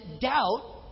doubt